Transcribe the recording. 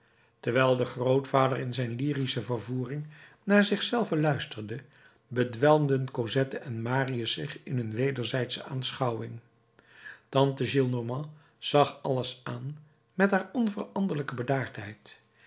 terwijl de grootvader in zijn lyrische vervoering naar zich zelven luisterde bedwelmden cosette en marius zich in hun wederzijdsche aanschouwing tante gillenormand zag alles aan met haar onveranderlijke